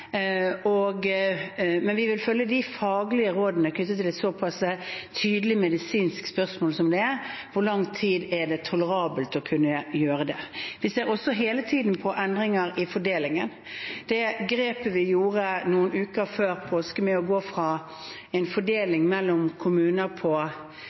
Men vi vil følge de faglige rådene knyttet til et såpass tydelig medisinsk spørsmål som det – hvor lang tid som er tolerabelt. Vi ser også hele tiden på endringer i fordelingen. Det grepet vi gjorde noen uker før påske, med å gå fra en fordeling mellom kommuner ut fra en befolkning på